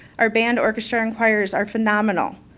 our band, orchestra, and choirs are phenomenal.